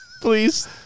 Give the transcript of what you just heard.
Please